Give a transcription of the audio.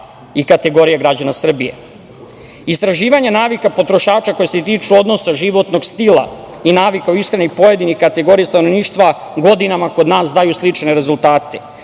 i kategorija građana Srbije. Istraživanja navika potrošača koje se tiču odnosa životnog stila i navika u ishrani pojedinih kategorija stanovništva godinama kod nas daju slične rezultate.